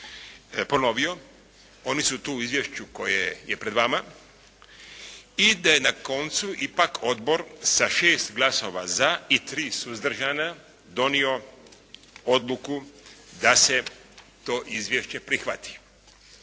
ponovio. Oni su tu u izvješću koje je pred vama. I da je na koncu ipak odbor sa 6 glasova za i 3 suzdržana donio odluku da se to izvješće prihvati.